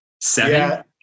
seven